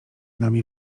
nami